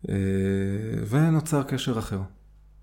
ונוצר קשר אחר.